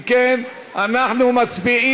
מתנגדים,